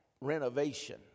Renovation